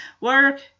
Work